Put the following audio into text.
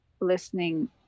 listening